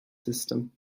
system